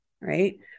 right